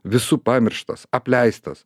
visų pamirštas apleistas